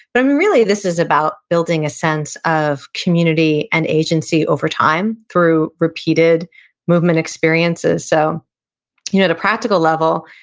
but and really, this is about building a sense of community and agency over time through repeated movement experiences, so you know at a practical level,